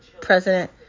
president